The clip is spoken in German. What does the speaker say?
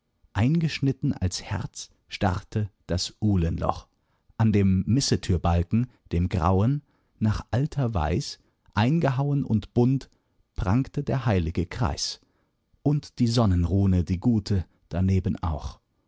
eingeschnitten als herz starrte das ulenloch an dem missetürbalken dem grauen nach alter weis eingehauen und bunt prangte der heilige kreis und die sonnenrune die gute daneben auch